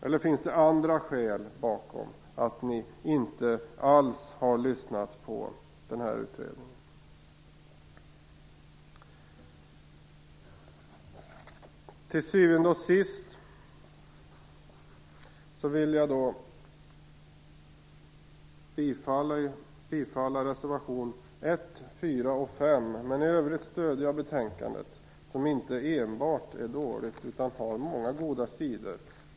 Eller finns det andra skäl bakom att ni inte alls har lyssnat på den här utredningen? Jag vill till sist yrka bifall till reservationerna 1, 4 och 5. I övrigt stöder jag betänkandet, som inte enbart är dåligt utan har många goda sidor.